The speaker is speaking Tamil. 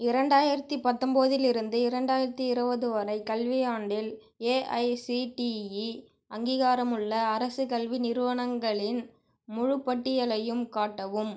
இரண்டாயிரத்தி பத்தொம்போதிலிருந்து இரண்டாயிரத்தி இருபது வரை கல்வியாண்டில் ஏஐசிடிஇ அங்கீகாரமுள்ள அரசு கல்வி நிறுவனங்களின் முழுப் பட்டியலையும் காட்டவும்